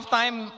time